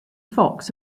fox